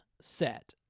set